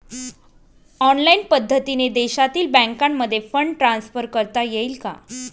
Online पद्धतीने देशातील बँकांमध्ये फंड ट्रान्सफर करता येईल का?